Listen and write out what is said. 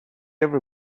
every